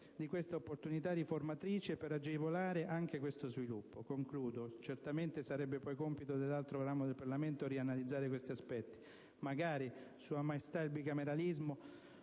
di questa opportunità riformatrice, per agevolare anche questo sviluppo. Certamente sarebbe poi compito dell'altro ramo del Parlamento analizzare nuovamente questi aspetti. Magari, sua maestà il bicameralismo